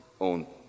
own